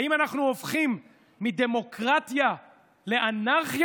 האם אנחנו הופכים מדמוקרטיה לאנרכיה?